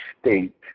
state